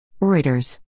Reuters